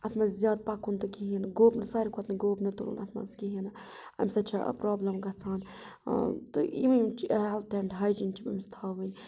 اَتھ منٛز زیادٕ پَکُن تہٕ کِہیٖنۍ گوب نہٕ ساروی کھۄتہٕ نہٕ گوبنہٕ تُلُن اَتھ منٛز کِہیٖنۍ نہٕ اَمہِ سۭتۍ چھِ پرٛابلِم گَژھان تہٕ یِم یِم ہیٚلٕتھ اینٛڈ ہایجیٖن چھِ أمِس تھاوٕنۍ